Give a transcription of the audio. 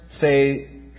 say